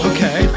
Okay